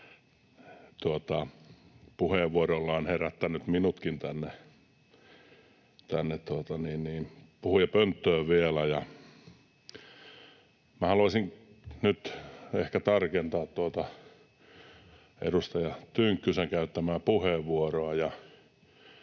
puheenvuorollaan herätti minutkin vielä tänne puhujapönttöön. Minä haluaisin nyt ehkä tarkentaa tuota edustaja Tynkkysen käyttämää puheenvuoroa.